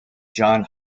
john